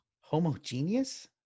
Homogeneous